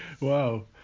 wow